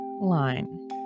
line